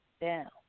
down